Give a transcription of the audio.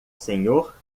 senhor